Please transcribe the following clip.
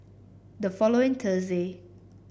the following Thursday